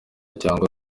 cyangwa